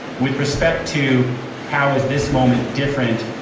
with respect to how is this moment different?